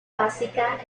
básica